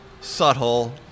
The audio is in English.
subtle